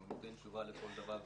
אנחנו ניתן תשובה לכל דבר ודבר.